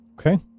Okay